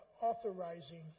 authorizing